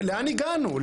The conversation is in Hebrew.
לאן הגענו?